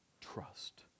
trust